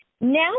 now